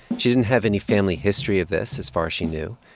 she didn't have any family history of this, as far as she knew.